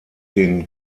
den